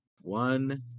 one